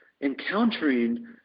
encountering